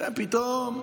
אתם פתאום,